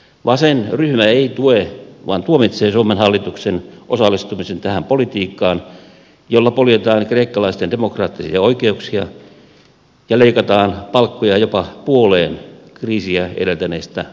vasenryhmä ei tue vaan tuomitsee suomen hallituksen osallistumisen tähän politiikkaan jolla poljetaan kreikkalaisten demokraattisia oikeuksia ja leikataan palkkoja jopa puoleen kriisiä edeltäneestä tasosta